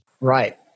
Right